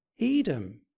Edom